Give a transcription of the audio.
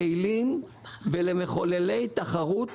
יעילים ולמחוללי תחרות